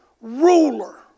ruler